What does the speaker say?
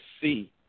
see